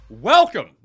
Welcome